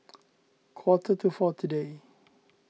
quarter to four today